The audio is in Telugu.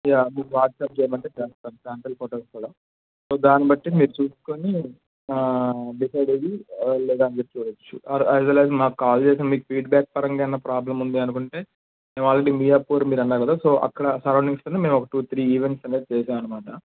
యా మీకు వాట్సాప్ చేయమంటే చేస్తాను శాంపిల్ ఫోటోస్ కూడా సో దానిబట్టి మీరు చూసుకుని డిసైడ్ అయ్యి లేదా మీరు చూడచ్చు ఆర్ అస్ వెల్ అస్ లేదా మాకు కాల్ చేసి ఫీడ్బ్యాక్ పరంగా ఏమన్న ప్రాబ్లం ఉంది అనుకుంటే మేము ఆల్రెడీ మియాపూర్ మీరు అన్నారు కదా సో అక్కడ సరౌండింగ్స్లో మేము ఒక టూ త్రీ ఈవెంట్స్ అనేది చేసాము అన్నమాట